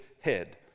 head